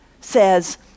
says